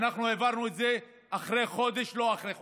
ואנחנו העברנו את זה אחרי חודש, לא אחרי חודשיים.